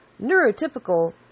Neurotypical